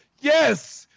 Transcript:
Yes